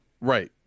right